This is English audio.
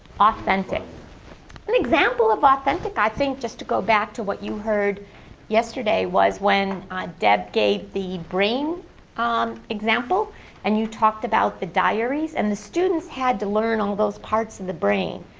authentic? budwig an example of authentic, i think just to go back to what you heard yesterday was when deb gave the brain um example and you talked about the diaries and the students had to learn all those parts of the brain.